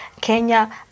Kenya